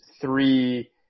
three